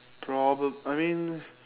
probab~ I mean